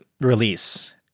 release